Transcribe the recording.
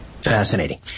Fascinating